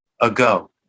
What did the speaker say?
ago